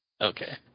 Okay